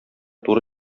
туры